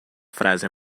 frase